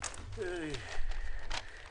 הישיבה